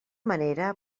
manera